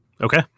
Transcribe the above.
Okay